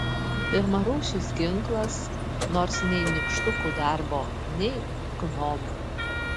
pirmarūšis ginklas nors nei nykštukų darbo nei gnomų